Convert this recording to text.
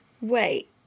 Wait